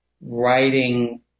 writing